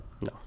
No